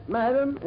madam